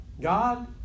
God